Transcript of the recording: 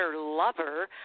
lover